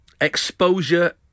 Exposure